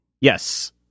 yes